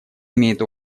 имеет